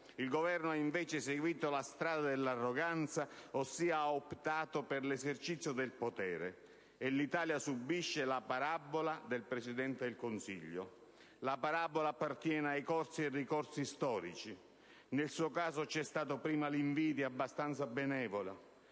mentre ha seguito la strada dell'arroganza: ha optato per l'esercizio del potere e l'Italia subisce la parabola del Presidente del Consiglio. La parabola appartiene ai corsi e ai ricorsi storici. Nel suo caso, ci sono state prima l'invidia abbastanza benevola,